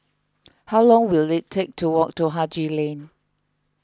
how long will it take to walk to Haji Lane